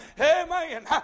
Amen